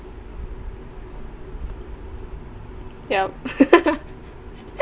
yup